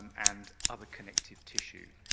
and other connective tissue,